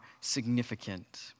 significant